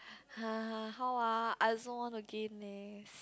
[huh] how ah I also want to gain leh